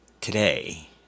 today